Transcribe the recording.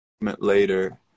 later